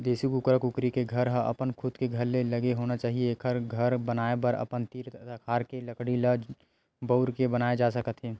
देसी कुकरा कुकरी के घर ह अपन खुद के घर ले लगे होना चाही एखर घर बनाए बर अपने तीर तखार के लकड़ी ल बउर के बनाए जा सकत हे